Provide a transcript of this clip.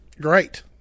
great